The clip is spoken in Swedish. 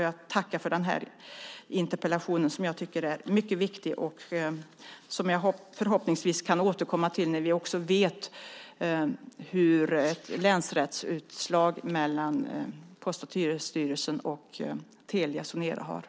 Jag tackar för den här interpellationen som jag tycker är mycket viktig och som jag förhoppningsvis kan återkomma till när vi vet vad ett länsrättsutslag mellan Post och telestyrelsen och Telia Sonera har gett.